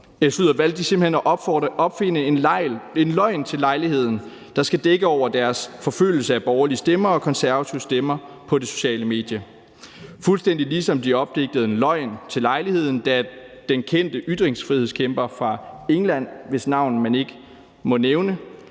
de simpelt hen at opfinde en løgn til lejligheden, der skal dække over deres forfølgelse af borgerlige stemmer og konservative stemmer på det sociale medie, fuldstændig ligesom de opdigtede en løgn til lejligheden, da den kendte ytringsfrihedsforkæmper fra England, hvis navn man ikke må nævne,